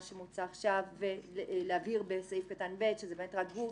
שמוצע עכשיו ולהבהיר בסעיף קטן (ב) שזה באמת רק גוף,